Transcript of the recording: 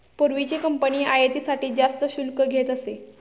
पूर्वीची कंपनी आयातीसाठी जास्त शुल्क घेत असे